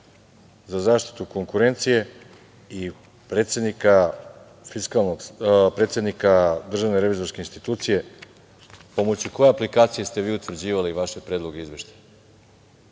za zaštitu konkurencije i predsednika Državne revizorske institucije – pomoću koje aplikacije ste vi utvrđivali vaše predloge i izveštaje?